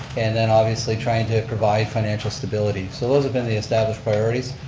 and then obviously trying to provide financial stability. so those have been the established priorities.